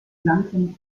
flanken